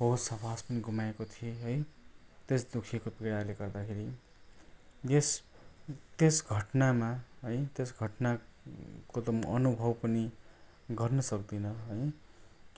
होस हवास पनि गुमाएको थिएँ है त्यस दुखेको पीडाले गर्दाखेरि यस त्यस घटनामा है त्यस घटनाको त अनुभव पनि गर्नु सक्दिनँ है